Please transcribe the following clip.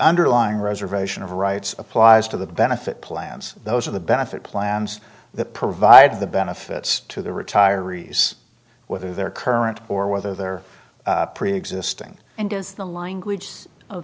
underlying reservation of rights applies to the benefit plans those are the benefit plans that provide the benefits to the retiree's whether they're current or whether they're preexisting and as the line guage o